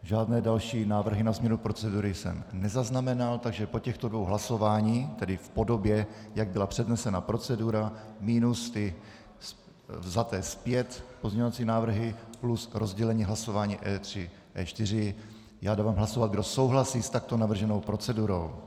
Žádné další návrhy na změnu procedury jsem nezaznamenal, takže po těchto dvou hlasováních, tedy v podobě, jak byla přednesena procedura, minus pozměňovací návrhy vzaté zpět plus rozdělení hlasování E3 a E4, dávám hlasovat, kdo souhlasí s takto navrženou procedurou.